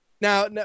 Now